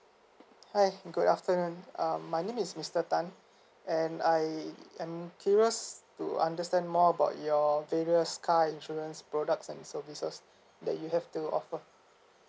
hi good afternoon um my name is mister tan and I am curious to understand more about your various car insurance products and services that you have to offer